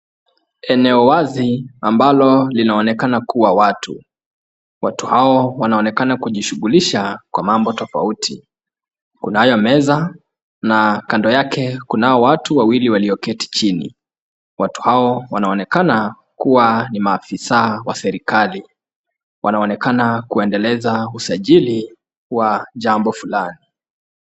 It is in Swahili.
Eneo wazi ambalo linaonekana kua watu ,watu hao wanaonekana kujishughulisha kwa mambo tofauti, kunayo meza na kando yake kunao watu wawili walioketi chini ,watu hao wanaonekana kua ni maafisa wa serikali ,wanaonekana kuendeleza usajiri wa jambo fulani.